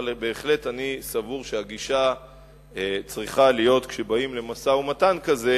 אבל בהחלט אני סבור שהגישה צריכה להיות כשבאים למשא-ומתן כזה